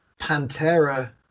pantera